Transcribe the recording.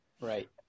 right